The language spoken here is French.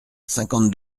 cinquante